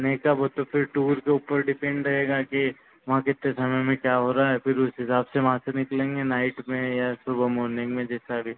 नहीं ता वो तो फिर टूर के ऊपर डिपेंड रहेगा कि वहाँ कितने समय में क्या हो रहा है फिर उस हिसाब से वहाँ से निकलेंगे नाइट में या सुबह मॉर्निंग में जैसा भी